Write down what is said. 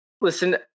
Listen